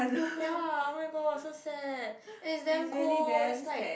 ya oh my god so sad it's damn cold it's like